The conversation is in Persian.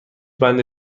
بند